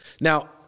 Now